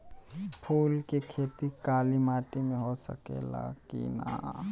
फूल के खेती काली माटी में हो सकेला की ना?